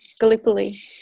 Gallipoli